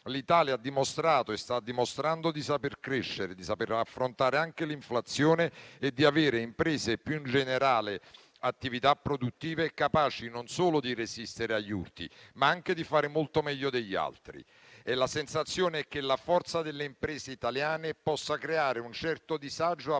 L'Italia ha dimostrato e sta dimostrando di saper crescere, di saper affrontare anche l'inflazione e di avere imprese e, più in generale, attività produttive capaci non solo di resistere agli urti, ma anche di fare molto meglio degli altri. La sensazione è che la forza delle imprese italiane possa creare un certo disagio a parte